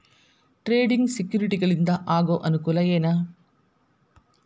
trading ಸೆಕ್ಯುರಿಟಿಗಳಿಂದ ಆಗೋ ಅನುಕೂಲ ಏನ